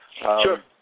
Sure